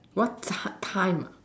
what what time ah